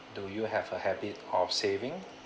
do you have a habit of saving